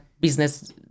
business